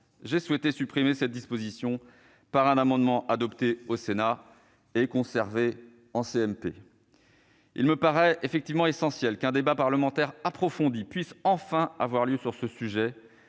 j'ai souhaité supprimer cette disposition par un amendement adopté au Sénat et conservé en CMP. Il me paraît effectivement essentiel qu'un débat parlementaire approfondi puisse enfin avoir lieu sur ce sujet,